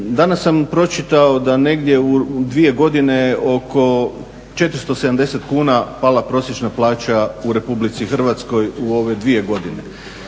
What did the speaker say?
danas sam pročitao da negdje u 2 godine oko 470 kuna pala prosječna plaća u Republici Hrvatskoj u ove 2 godine.